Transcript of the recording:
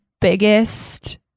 biggest